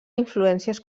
influències